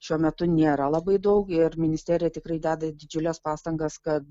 šiuo metu nėra labai daug ir ministerija tikrai deda didžiules pastangas kad